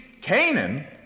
Canaan